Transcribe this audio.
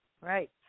right